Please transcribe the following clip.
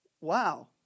Wow